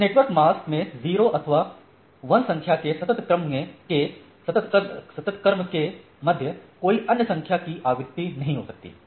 इस network mask में 0 अथवा 1 संख्या के सततक्रम के मध्य कोई अन्य संख्या की आवृत्ति नहीं हो सकती है